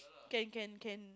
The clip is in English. can can can